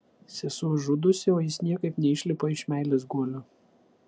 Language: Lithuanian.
sesuo žudosi o jis niekaip neišlipa iš meilės guolio